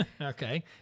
Okay